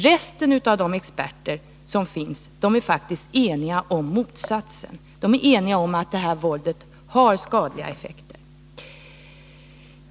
Resten av de experter som finns är faktiskt eniga om motsatsen — om att våldet har skadliga effekter.